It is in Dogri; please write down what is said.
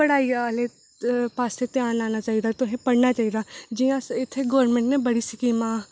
पढ़ाई आह्ले पास्सै ध्यान देना चाहिदा तुसें पढ़ना चाहिदा जि'यां अस इत्थै गवर्नमेंट ने बड़ी स्कीमां